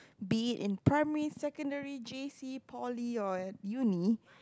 be it in primary secondary J_C poly or at uni